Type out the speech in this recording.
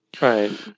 right